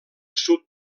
sud